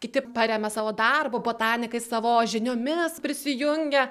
kiti paremia savo darbu botanikai savo žiniomis prisijungia